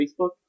Facebook